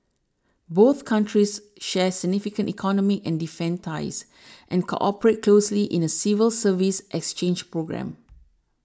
both countries share significant economic and defence ties and cooperate closely in a civil service exchange programme